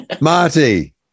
Marty